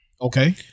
Okay